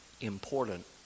important